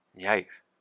Yikes